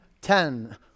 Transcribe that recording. ten